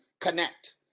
connect